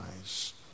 eyes